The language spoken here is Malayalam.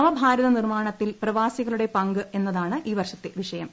നവ ഭാരത നിർമ്മാണത്തിൽ പ്രവാസികളുടെ പങ്ക് എന്നതാണ് ഈ വർഷത്തെ വിഷയം